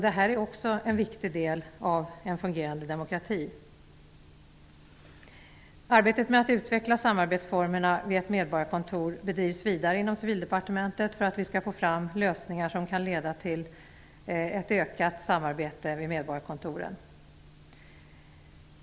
Det är också en viktig del av en fungerande demokrati. Arbetet med att utveckla samarbetsformerna med medborgarkontoren bedrivs vidare inom Civildepartementet för att vi skall få fram lösningar som kan leda till ett ökat samarbete med medborgarkontoren.